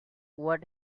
what